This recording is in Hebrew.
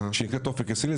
שנקראת אופק ישראלי,